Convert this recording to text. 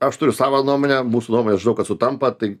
aš turiu savą nuomonę mūsų nuomonės žinau kad sutampa tai